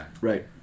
Right